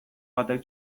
batek